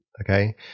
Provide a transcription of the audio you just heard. okay